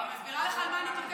אני מסבירה לך על מה אני תוקפת,